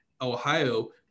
Ohio